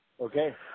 Okay